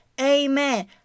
Amen